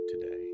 today